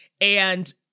And-